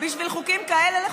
בשביל לחוקק חוקים כאלה?